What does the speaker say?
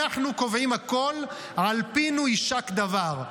אנחנו קובעים הכול, על פינו יישק דבר.